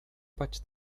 bać